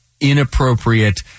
inappropriate